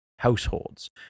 Households